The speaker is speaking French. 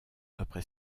après